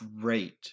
great